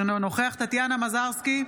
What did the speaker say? אינו נוכח טטיאנה מזרסקי,